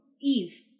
Eve